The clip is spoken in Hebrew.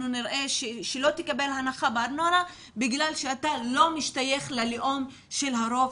אנחנו נראה שלא תקבל הנחה בארנונה בגלל שאתה לא משתייך ללאום של הרוב,